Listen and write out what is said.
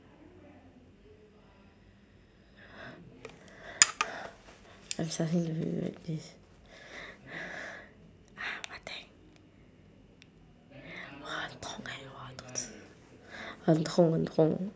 I'm starting to regret this !huh! what thing 我很痛 eh 我的肚子很痛很痛